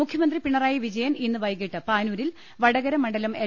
മുഖ്യമന്ത്രി പിണറായി വിജയൻ ഇന്ന് വൈകിട്ട് പാനൂരിൽ വടകര മണ്ഡലം എൽ